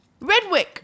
Redwick